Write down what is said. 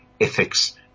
ethics